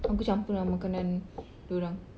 aku campur dengan makanan dia orang